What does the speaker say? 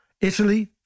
Italy